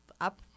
up